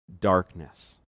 darkness